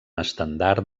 estendard